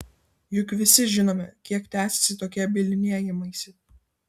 juk visi žinome kiek tęsiasi tokie bylinėjimaisi